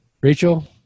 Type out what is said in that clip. Rachel